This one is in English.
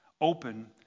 open